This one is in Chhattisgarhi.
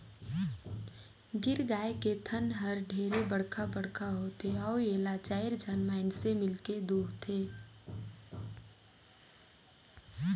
गीर गाय के थन हर ढेरे बड़खा बड़खा होथे अउ एला चायर झन मइनसे मिलके दुहथे